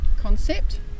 concept